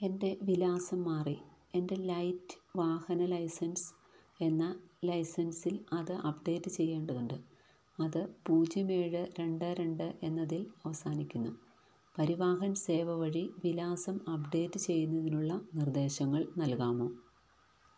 എൻ്റെ വിലാസം മാറി എൻ്റെ ലൈറ്റ് വാഹന ലൈസൻസ് എന്ന ലൈസൻസിൽ അത് അപ്ഡേറ്റ് ചെയ്യേണ്ടതുണ്ട് അത് പൂജ്യം ഏഴ് രണ്ട് രണ്ട് എന്നതിൽ അവസാനിക്കുന്നു പരിവാഹൻ സേവ വഴി വിലാസം അപ്ഡേറ്റ് ചെയ്യുന്നതിനുള്ള നിർദ്ദേശങ്ങൾ നൽകാമോ